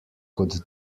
kot